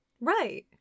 Right